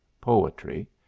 poetry